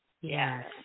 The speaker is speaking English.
Yes